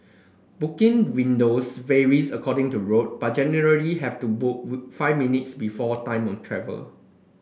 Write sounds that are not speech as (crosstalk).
booking windows varies according to route but generally have to booked (unintelligible) five minutes before time of travel